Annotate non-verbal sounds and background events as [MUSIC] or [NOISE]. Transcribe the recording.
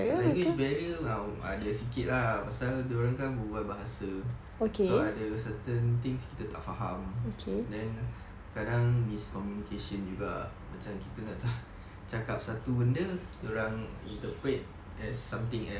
language barrier ada sikit ah pasal dia orang kan berbual bahasa so ada certain things kita tak faham then kadang miscommunication juga macam kita nak [BREATH] cakap satu benda dia orang interpret as something else